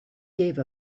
gave